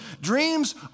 Dreams